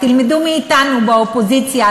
תלמדו מאתנו באופוזיציה.